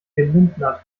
gelindnert